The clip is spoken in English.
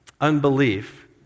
unbelief